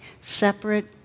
separate